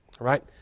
Right